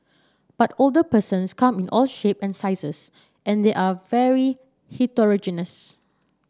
but older persons come in all shape and sizes and they're very heterogeneous